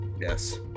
Yes